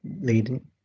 leading